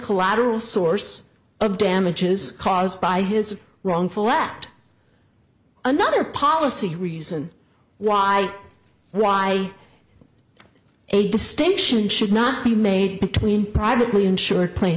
collateral source of damages caused by his wrongful act another policy reason why why a distinction should not be made between privately insured